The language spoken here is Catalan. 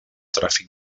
tràfic